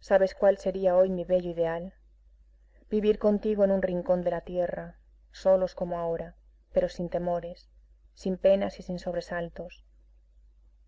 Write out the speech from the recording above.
sabes cuál sería hoy mi bello ideal vivir contigo en un rincón de la tierra solos como ahora pero sin temores sin penas y sin sobresaltos